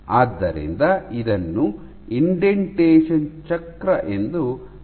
ಆದ್ದರಿಂದ ಇದನ್ನು ಇಂಡೆಂಟೇಶನ್ ಚಕ್ರ ಎಂದು ಕರೆಯಲಾಗುತ್ತದೆ